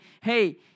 hey